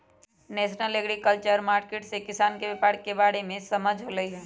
national agriculture market से किसान के व्यापार के बारे में समझ होलई ह